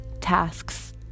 tasks